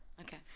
okay